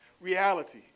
reality